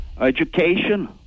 education